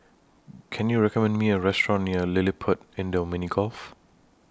Can YOU recommend Me A Restaurant near LilliPutt Indoor Mini Golf